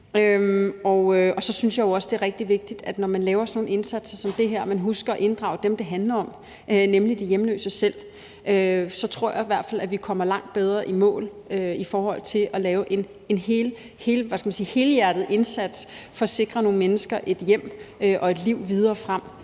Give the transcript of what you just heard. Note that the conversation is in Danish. Og så synes jeg jo også, det er rigtig vigtigt, når man laver sådan nogle indsatser som det her, at man husker at inddrage dem, det handler om, nemlig de hjemløse selv. Så tror jeg i hvert fald, at vi kommer langt bedre i mål i forhold til at lave en helhjertet indsats for at sikre nogle mennesker et hjem og et liv videre frem,